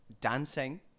dancing